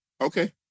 Okay